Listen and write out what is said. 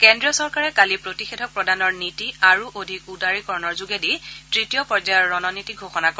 কেদ্ৰীয় চৰকাৰে কালি প্ৰতিষেধক প্ৰদানৰ নীতি আৰু অধিক উদাৰীকৰণৰ যোগেদি তৃতীয় পৰ্যায়ৰ ৰণনীতি ঘোষণা কৰে